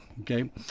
okay